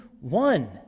one